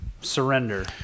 surrender